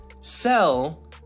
sell